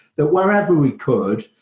but wherever we could,